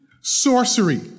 sorcery